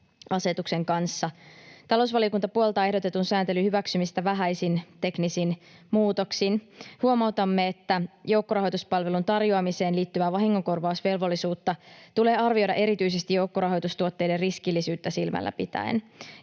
Talousvaliokunta puoltaa ehdotetun sääntelyn hyväksymistä vähäisin teknisin muutoksin. Huomautamme, että joukkorahoituspalvelun tarjoamiseen liittyvää vahingonkorvausvelvollisuutta tulee arvioida erityisesti joukkorahoitustuotteiden riskillisyyttä silmällä pitäen.